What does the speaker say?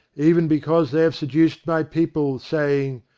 even because they have seduced my people, saying.